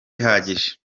bihagije